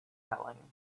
telling